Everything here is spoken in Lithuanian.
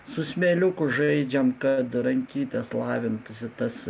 su smėliuku žaidžiam kad rankytės lavintųsi tas